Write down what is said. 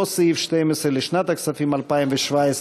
אותו סעיף 12 לשנת הכספים 2018,